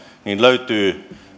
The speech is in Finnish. löytyy